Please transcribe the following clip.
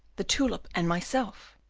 the tulip, and myself.